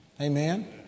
Amen